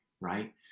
right